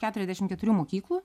keturiasdešim keturių mokyklų